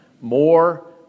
more